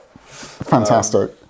Fantastic